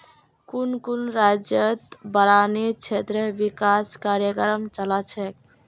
कुन कुन राज्यतत बारानी क्षेत्र विकास कार्यक्रम चला छेक